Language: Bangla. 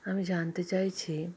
আমি জানতে চাইছি